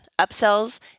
upsells